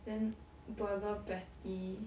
then burger patty